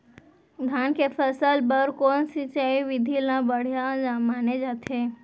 धान के फसल बर कोन सिंचाई विधि ला बढ़िया माने जाथे?